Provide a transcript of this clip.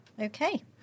okay